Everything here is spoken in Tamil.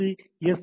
இந்த எஸ்